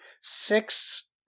six